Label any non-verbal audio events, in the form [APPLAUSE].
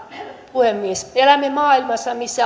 elämme maailmassa missä [UNINTELLIGIBLE]